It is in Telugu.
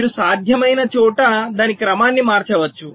మీరు సాధ్యమైన చోట దాని క్రమాన్ని మార్చవచ్చు